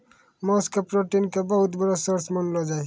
मांस के प्रोटीन के बहुत बड़ो सोर्स मानलो जाय छै